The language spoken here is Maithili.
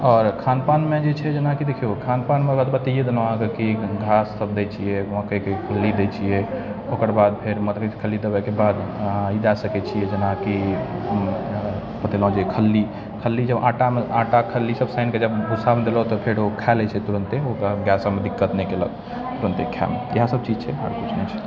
आओर खानपानमे जे छै जेनाकि देखिऔ खानपानमे बताइए देलहुँ अहाँके की घाससब दै छिए मकइके खल्ली दै छिए ओकर बाद फेर मकइके खल्ली देबैके बाद ई दऽ सकै छिए जेनाकि बतेलहुँ जे खल्ली खल्ली जब आटा खल्लीसब सानिके जब भुस्सामे देलहुँ तऽ फेर ओ खा लै छै तुरन्ते ओकरा खाइ सबमे दिक्कत नहि केलक तुरन्ते खाइमे इएहसब चीज छै आओर किछु नहि छै